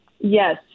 Yes